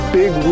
big